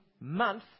month